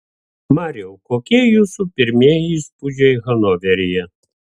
mariau kokie jūsų pirmieji įspūdžiai hanoveryje